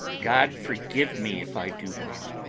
god forgive me if i do wrong!